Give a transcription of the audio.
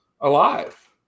alive